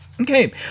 Okay